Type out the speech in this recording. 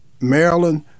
Maryland